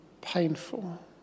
painful